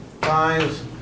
times